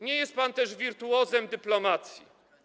Nie jest pan też wirtuozem dyplomacji.